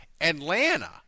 Atlanta